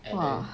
!wah!